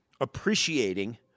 appreciating